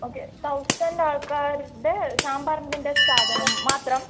okay thousand ആൾക്കാരുടെ സാമ്പാറിൻ്റെ സാധനം മാത്രം